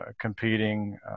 competing